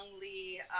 Lee